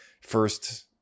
first